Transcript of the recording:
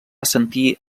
sentir